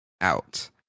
out